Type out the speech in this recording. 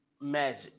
Magic